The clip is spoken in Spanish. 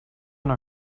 una